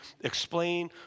explain